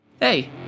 Hey